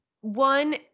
one